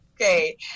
Okay